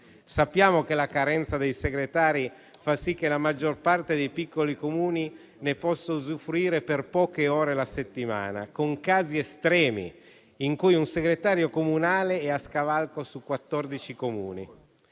Sappiamo che la carenza dei segretari fa sì che la maggior parte dei piccoli Comuni ne possa usufruire per poche ore alla settimana, con casi estremi in cui un segretario comunale è a scavalco su 14 Comuni.